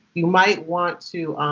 you might want to